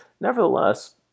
Nevertheless